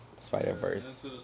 Spider-Verse